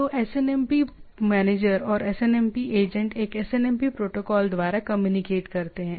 तो SNMP manager और SNMP agent एक एसएनएमपी प्रोटोकॉल द्वारा कम्युनिकेट करते हैं